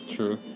True